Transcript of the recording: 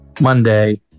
Monday